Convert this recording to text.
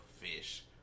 Fish